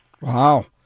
Wow